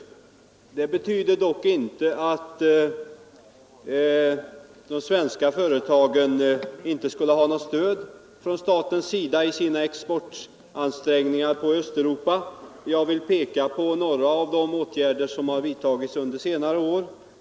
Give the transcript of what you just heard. Men detta betyder inte att de svenska företagen inte har något stöd av staten i sina exportansträngningar på Östeuropa. Jag vill här peka på några av de åtgärder som har vidtagits under senare år.